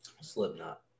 Slipknot